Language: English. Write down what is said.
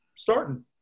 starting